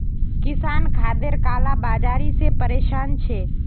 किसान खादेर काला बाजारी से परेशान छे